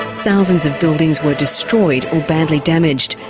thousands of buildings were destroyed or badly damaged.